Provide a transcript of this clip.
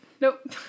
Nope